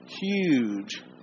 huge